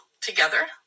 together